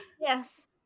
Yes